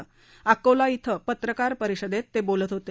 ते अकोला ििं पत्रकार परिषदेत बोलत होते